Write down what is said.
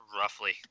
roughly